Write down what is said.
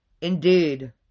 Indeed